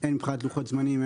הן מבחינת לוחות זמנים,